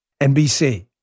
NBC